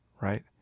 right